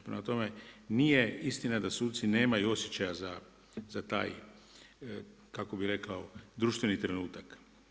Prema tome, nije istina, da suci nemaju osjećaja za taj kako bi rekao, društveni trenutak.